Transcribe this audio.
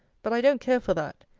but i don't care for that.